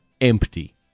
empty